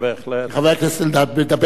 חבר הכנסת אלדד מדבר על עובדות.